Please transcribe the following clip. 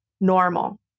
normal